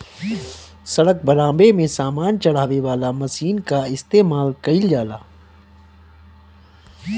सड़क बनावे में सामान चढ़ावे वाला मशीन कअ इस्तेमाल कइल जाला